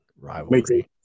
rivalry